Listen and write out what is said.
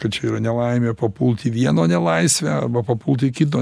kad čia yra nelaimė papult vieno nelaisvę arba papult į kito